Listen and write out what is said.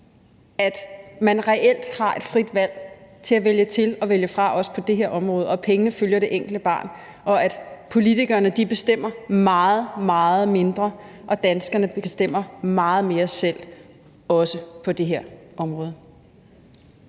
at man reelt har et frit valg til at vælge til og vælge fra, også på det her område, og at pengene følger det enkelte barn, og at politikerne bestemmer meget, meget mindre, og at danskerne bestemmer meget mere selv, også på det her område.